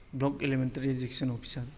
block elementary education officer